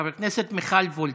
חברת כנסת מיכל וולדיגר.